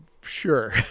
sure